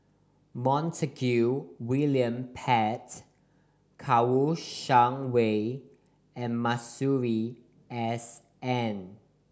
Montague William Pett Kouo Shang Wei and Masuri S N